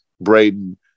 Braden